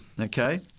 Okay